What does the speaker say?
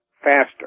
faster